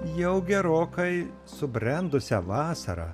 jau gerokai subrendusią vasarą